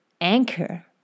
anchor